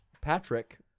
Patrick